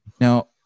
Now